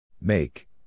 Make